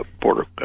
border